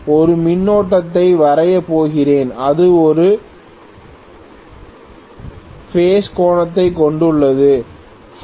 ஒரு மின்னோட்டத்தை வரையப் போகிறேன் இது ஒரு பேஸ் கோணத்தைக் கொண்டுள்ளது Φ